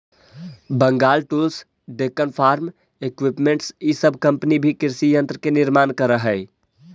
Bengal tools, Deccan farm equipments इ सब company भी कृषि यन्त्र के निर्माण करऽ हई